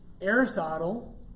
Aristotle